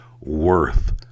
worth